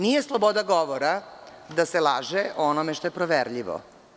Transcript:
Ali, nije sloboda govora da se laže o onome šta je proverljivo.